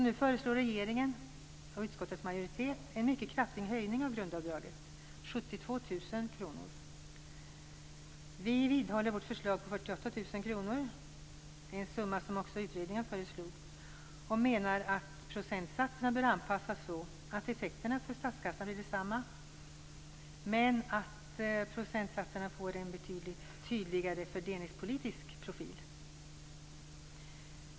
Nu föreslår regeringen och utskottets majoritet en mycket kraftig höjning av grundavdraget till 72 000 kr. Vi vidhåller vårt förslag på 48 000 kr. Det är en summa som också utredningen föreslog. Vi menar att procentsatserna bör anpassas så att effekterna för statskassan blir desamma men att procentsatserna får en betydligt mer tydlig fördelningspolitisk profil.